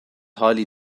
highly